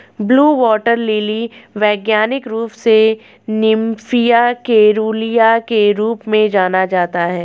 blue water lily वैज्ञानिक रूप से निम्फिया केरूलिया के रूप में जाना जाता है